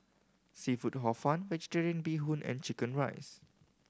seafood Hor Fun Vegetarian Bee Hoon and chicken rice